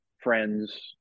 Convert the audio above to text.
friends